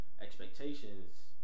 expectations